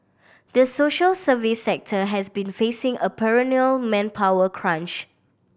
the social service sector has been facing a perennial manpower crunch